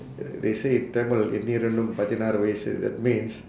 they say in tamil என்றிலும் பதினாறு வயசு:enrilum pathinaaru vayasu that means